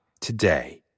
today